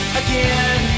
again